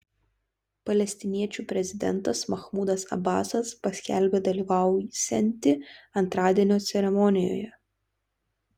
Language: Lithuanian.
palestiniečių prezidentas mahmudas abasas paskelbė dalyvausianti antradienio ceremonijoje